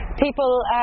people